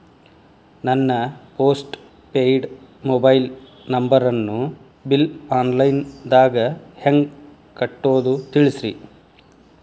ನನ್ನ postpaid mobile ನಂಬರನ್ನು bill online ದಾಗ ಹೆಂಗ್ ಕಟ್ಟೋದು ತಿಳಿಸ್ರಿ